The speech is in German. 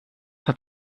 hat